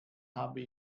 habe